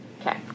okay